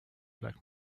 black